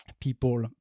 people